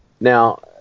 Now